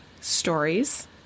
stories